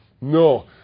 No